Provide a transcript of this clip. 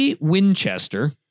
winchester